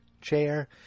chair